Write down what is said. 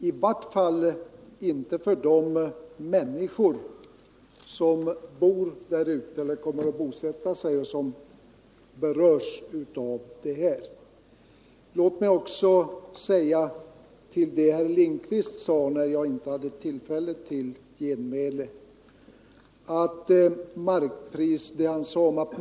I vart fall inte för de människor som kommer att bosätta sig i området eller som på annat sätt är direkt berörda. Sedan sade herr Lindkvist att markpriset innefattar också flyttningskostnader för vissa byggnader och liknande.